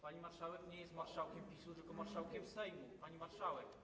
Pani marszałek nie jest marszałkiem PiS-u, tylko marszałkiem Sejmu, pani marszałek.